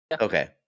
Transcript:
Okay